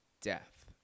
Death